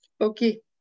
Okay